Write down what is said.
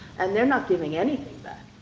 and they're not giving anything back.